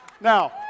Now